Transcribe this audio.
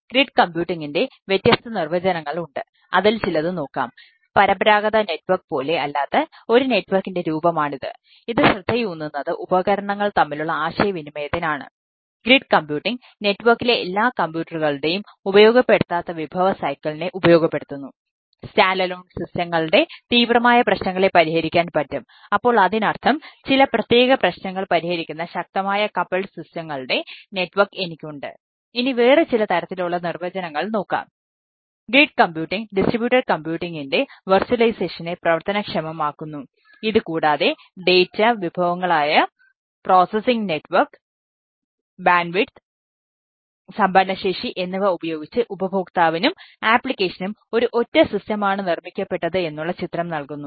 grid കമ്പ്യൂട്ടിംഗിൻറെ തടസ്സമില്ലാത്ത പ്രവേശനം നൽകുന്നു